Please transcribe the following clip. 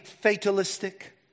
fatalistic